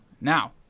Now